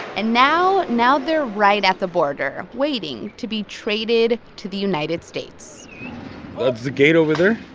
and now, now they're right at the border, waiting to be traded to the united states that's the gate over there.